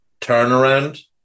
turnaround